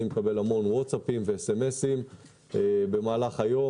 אני מקבל המון ווטסאפים וסמסים במהלך היום